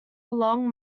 long